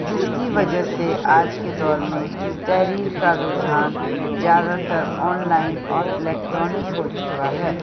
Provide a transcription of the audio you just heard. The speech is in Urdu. کی وجہ سے آج کے دور میں تحریر کا رجحان زیادہ تر آن لائن اور الیکٹرانک ہو چکا ہے